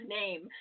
name